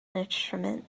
instrument